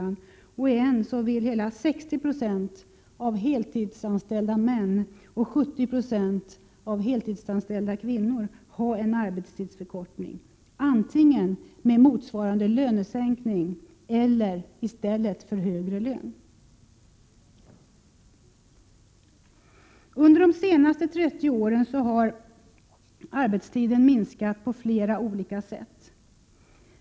Enligt en undersökning ville hela 60 96 av heltidsanställda män och 70 96 av heltidsanställda kvinnor ha en arbetstidsförkortning, antingen med motsvarande lönesänkning eller i stället för högre lön. Under de senaste 30 åren har arbetstiden minskat på flera olika sätt.